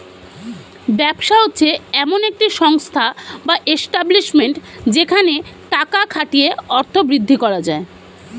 ব্যবসা হচ্ছে এমন একটি সংস্থা বা এস্টাব্লিশমেন্ট যেখানে টাকা খাটিয়ে অর্থ বৃদ্ধি করা যায়